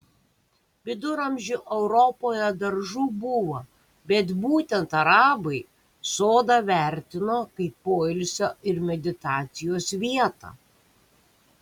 viduramžių europoje daržų buvo bet būtent arabai sodą vertino kaip poilsio ir meditacijos vietą